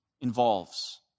involves